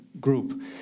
group